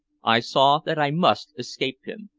i saw that i must escape him.